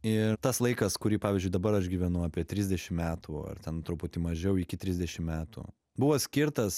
ir tas laikas kurį pavyzdžiui dabar aš gyvenu apie trisdešim metų ar ten truputį mažiau iki trisdešim metų buvo skirtas